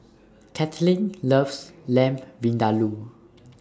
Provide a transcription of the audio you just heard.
Caitlynn loves Lamb Vindaloo